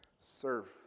Serve